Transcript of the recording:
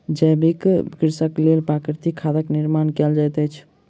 जैविक कृषिक लेल प्राकृतिक खादक निर्माण कयल जाइत अछि